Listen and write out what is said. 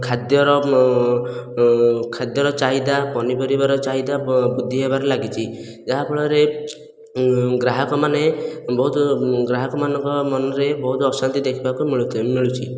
ଖାଦ୍ୟର ଖାଦ୍ୟର ଚାହିଦା ପନିପରିବାର ଚାହିଦା ବୃଦ୍ଧି ହେବାରେ ଲାଗିଛି ଯାହାଫଳରେ ଗ୍ରାହକମାନେ ବହୁତ ଗ୍ରାହକମାନଙ୍କର ମନରେ ବହୁତ ଅଶାନ୍ତି ଦେଖିବାକୁ ମିଳୁଛି